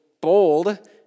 bold